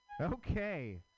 Okay